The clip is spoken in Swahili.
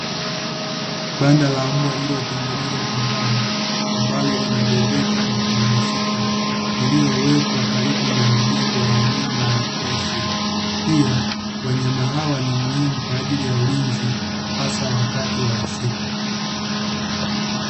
Banda la mbwa lililotengenezwa kwa mbao, ambalo linabebeka na kuhamishika, lililowekwa karibu na jengo la nyumba ya kuishi, pia wanyama hawa ni muhimu kwa ajili ya ulinzi hasa wakati wa usiku.